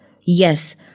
Yes